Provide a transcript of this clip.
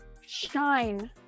shine